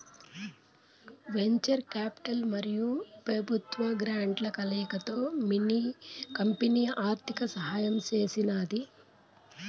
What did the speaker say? venture capital మరియు పెబుత్వ గ్రాంట్ల కలయికతో మిన్ని కంపెనీ ఆర్థిక సహాయం చేసినాది